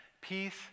Peace